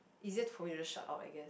easier for me to shut out I guess